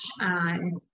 on